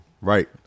Right